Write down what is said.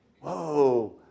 Whoa